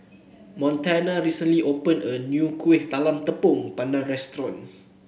Montana recently opened a new Kueh Talam Tepong Pandan Restaurant